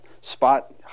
spot